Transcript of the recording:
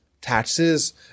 taxes